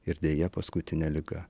ir deja paskutinė liga